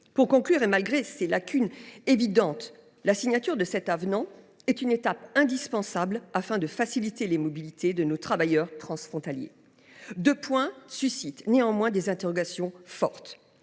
Pour conclure, malgré ses lacunes évidentes, la signature de cet avenant est une étape indispensable, afin de faciliter la mobilité de nos travailleurs transfrontaliers. Deux points suscitent néanmoins des interrogations fortes